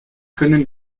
können